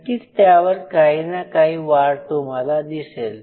नक्कीच त्यावर काही ना काही वाढ तुम्हाला दिसेल